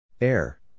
Air